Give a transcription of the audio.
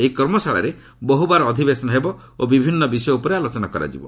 ଏହି କର୍ମଶାଳାରେ ବହୁବାର ଅଧିବେଶନ ହେବ ଓ ବିଭିନ୍ନ ବିଷୟ ଉପରେ ଆଲୋଚନା କରାଯିବ